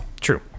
True